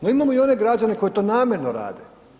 To imamo i one građane koji to namjerno rade.